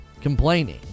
complaining